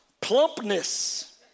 Plumpness